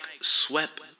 swept